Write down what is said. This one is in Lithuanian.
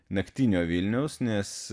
naktinio vilniaus nes